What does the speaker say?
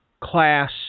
class